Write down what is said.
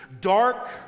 Dark